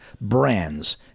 brands